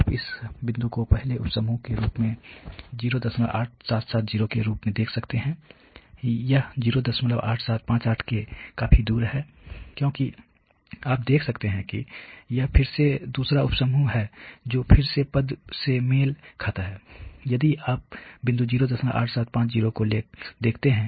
तो आप इस बिंदु को पहले उप समूह के रूप में 08770 के रूप में देख सकते हैं यह 08758 से काफी दूर है क्योंकि आप देख सकते हैं कि यह फिर से दूसरा उप समूह है जो फिर से पद से मेल खाता है यदि आप बिंदु 08750 को देखते हैं